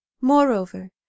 moreover